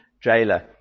jailer